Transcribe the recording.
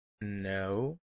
No